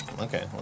Okay